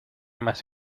más